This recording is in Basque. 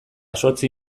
zortzi